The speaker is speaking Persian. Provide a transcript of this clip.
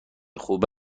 خوب